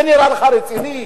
זה נראה לך רציני?